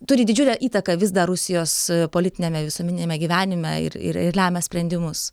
turi didžiulę įtaką vis dar rusijos politiniame visuomeniniame gyvenime ir ir ir lemia sprendimus